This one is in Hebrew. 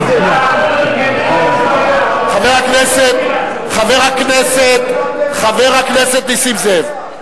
אם לא היה ט"ו בשבט, חבר הכנסת נסים זאב.